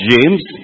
James